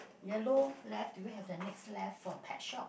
yellow left do we have the next left for pet shop